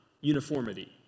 uniformity